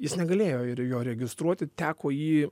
jis negalėjo ir jo registruoti teko jį